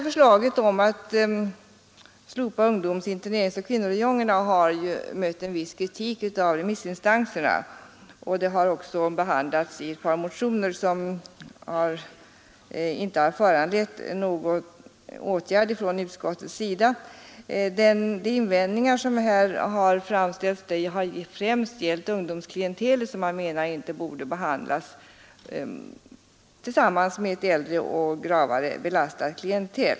Förslaget om att slopa ungdoms-, interneringsoch kvinnoräjongerna har mött en viss kritik i remissinstanserna, och det har behandlats i ett par motioner som inte har föranlett någon åtgärd från utskottets sida. De invändningar som här har framförts har främst gällt ungdomsklientelet, som man menar inte borde behandlas tillsammans med ett äldre och gravare belastat klientel.